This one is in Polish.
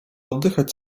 oddychać